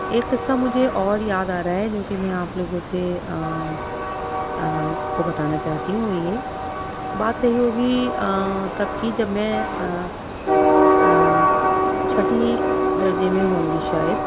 ایک قصہ مجھے اور یاد آ رہا ہے جوکہ میں آپ لوگوں سے کو بتانا چاہتی ہوں وہ یہ بات رہی ہوگی تب کی جب میں چھٹی درجے میں ہوں گی شاید